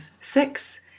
six